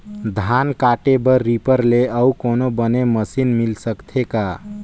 धान काटे बर रीपर ले अउ कोनो बने मशीन मिल सकथे का?